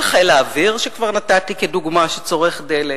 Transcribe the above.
על חיל האוויר שכבר נתתי כדוגמה שצורך דלק?